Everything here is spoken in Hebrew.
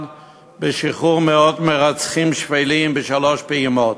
בשחרור מאות מרצחים שפלים בשלוש פעימות.